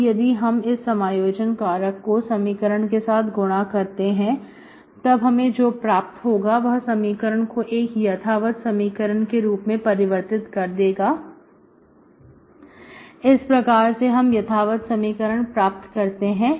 अब यदि हम इस समायोजन कारक को समीकरण के साथ गुना करते हैं तब हमें जो प्राप्त होगा वह समीकरण को एक यथावत समीकरण में परिवर्तित कर देगा इस प्रकार से हम यथावत समीकरण प्राप्त करते हैं